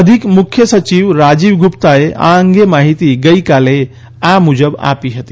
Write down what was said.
અધિક મુખ્ય સચિવ રાજીવ ગુપ્તાએ આ અંગે માહિતી ગઇકાલે આ મુજબ આપી હતી